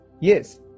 Yes